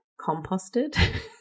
composted